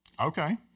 okay